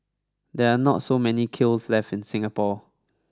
there are not so many kilns left in Singapore